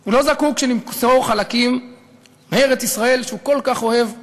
הוא לא זקוק שנמסור חלקים מארץ-ישראל שהוא כל כך אוהב לערבים,